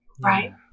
Right